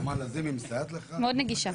מאוד נגישה.